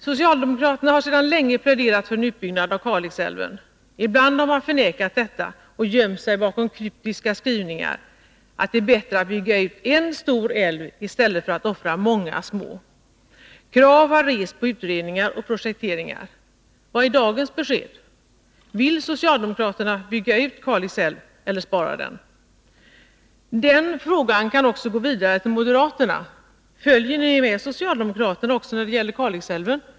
Socialdemokraterna har ju sedan länge pläderat för en utbyggnad av Kalixälven. Ibland har man förnekat detta och gömt sig bakom kryptiska skrivningar att det är bättre att bygga ut en stor älv i stället för att offra många små. Krav har rests på utredningar och projekteringar. Vad är dagens besked? Vill socialdemokraterna bygga ut Kalixälven eller spara den? Den frågan kan gå vidare också till moderaterna. Följer ni med socialdemokraterna även när det gäller Kalixälven?